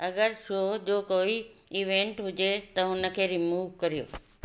अगरि शो जो कोई इवेंट हुजे त हुनखे रिमूव करियो